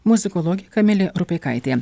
muzikologė kamilė rupeikaitė